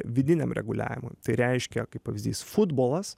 vidiniam reguliavimui tai reiškia kaip pavyzdys futbolas